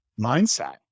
mindset